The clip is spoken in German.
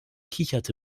kicherte